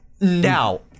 Now